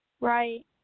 Right